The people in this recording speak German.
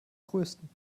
größten